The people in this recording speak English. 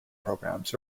programs